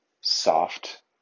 soft